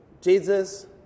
Jesus